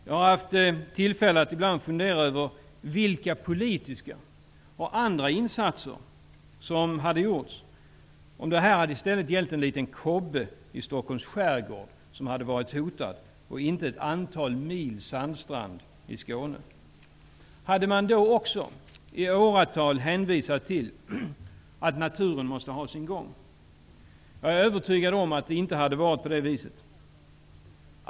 Jag har ibland haft tillfälle att fundera över vilka politiska och andra insatser som hade gjorts om det i stället hade varit en liten kobbe i Stockholms skärgård som hade varit hotad, och inte ett antal mil sandstrand i Skåne. Hade man då också i åratal hänvisat till att naturen måste ha sin gång? Jag är övertygad om att det inte hade varit på det viset.